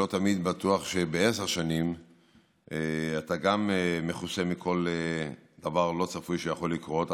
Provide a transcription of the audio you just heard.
לא תמיד בטוח שגם בעשר שנים אתה מכוסה על כל דבר לא צפוי שיכול לקרות,